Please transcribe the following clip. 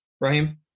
Raheem